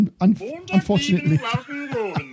unfortunately